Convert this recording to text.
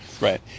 Right